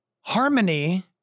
harmony